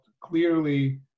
clearly